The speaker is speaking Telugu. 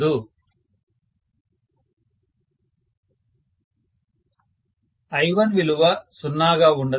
స్టూడెంట్ 4416 ప్రొఫెసర్ I1 విలువ సున్నాగా ఉండదు